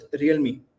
Realme